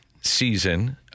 season